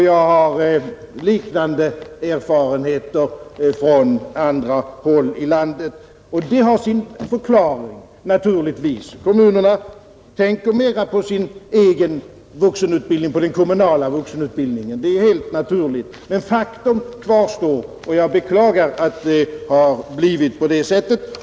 Jag har liknande erfarenheter från andra håll i landet. Den tendensen har naturligtvis sin förklaring. Kommunerna tänker mera på sin egen vuxenutbildning, på den kommunala vuxenutbildningen, det är helt naturligt, men faktum kvarstår och jag beklagar att det blivit på det sättet.